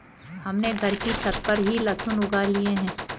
हमने घर की छत पर ही लहसुन उगा लिए हैं